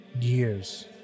years